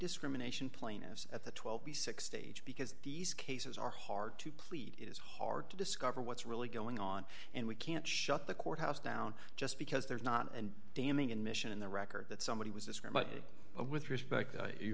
discrimination plaintiffs at the twelve b six stage because these cases are hard to plead it is hard to discover what's really going on and we can't shut the courthouse down just because there's not and damning admission in the record that somebody was discriminating with respect you